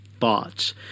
Thoughts